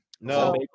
No